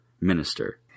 minister